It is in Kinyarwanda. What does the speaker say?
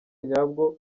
nyabwo